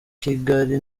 kigali